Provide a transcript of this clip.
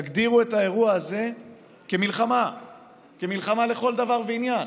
תגדירו את האירוע הזה כמלחמה לכל דבר ועניין,